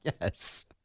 Yes